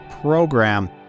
program